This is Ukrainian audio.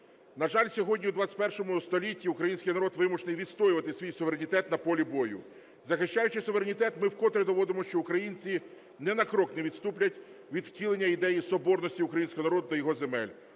На жаль, сьогодні у ХХІ столітті український народ вимушений відстоювати свій суверенітет на полі бою. Захищаючи суверенітет, ми в котре доводимо, що українці ні на крок не відступлять від втілення ідеї соборності українського народу та його земель.